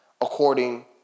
according